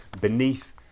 beneath